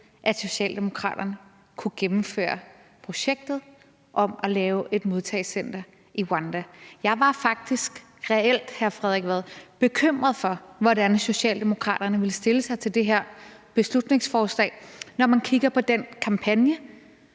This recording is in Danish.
at Socialdemokraterne kunne gennemføre projketet om at lave et modtagecenter i Rwanda. Jeg var faktisk reelt, hr. Frederik Vad, bekymret for, hvordan Socialdemokraterne ville stille sig til det her beslutningsforslag, når man kigger på den kampagne,